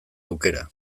aukera